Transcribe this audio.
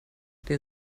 der